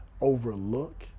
overlook